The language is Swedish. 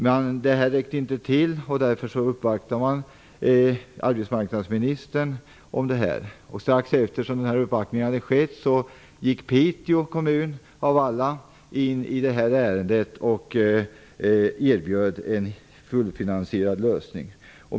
Men det räckte inte till. Därför uppvaktade de arbetsmarknadsministern om detta. Strax efter att uppvaktningen hade skett gick Piteå kommun, av alla, in i ärendet och erbjöd en fullt finansierad lösning.